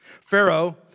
Pharaoh